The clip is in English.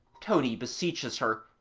tony beseeches her,